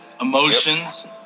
Emotions